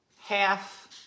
half